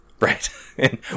right